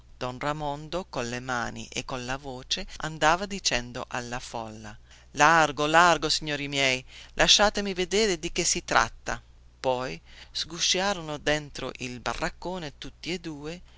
don ramondo colle mani e colla voce andava dicendo alla folla largo largo signori miei lasciatemi vedere di che si tratta poi sgusciarono dentro il baraccone tutti e due